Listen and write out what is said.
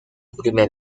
primer